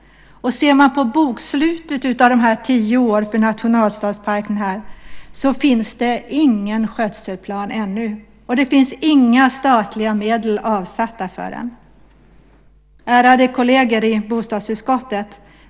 Ser man på bokslutet över dessa tio år för nationalstadsparken så ser man att det inte finns någon skötselplan ännu, och att det inte finns några statliga medel avsatta för en sådan. Ärade kolleger i bostadsutskottet!